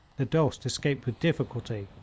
the dost escaped with difficulty,